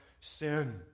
sin